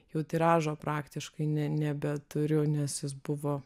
jau tiražo praktiškai ne nebeturiu nes jis buvo